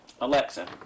Alexa